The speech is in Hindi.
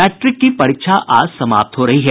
मैट्रिक की परीक्षा आज समाप्त हो रही है